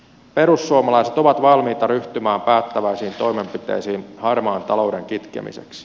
perussuomalaiset ovat valmiita ryhtymään päättäväisiin toimenpiteisiin harmaan talouden kitkemiseksi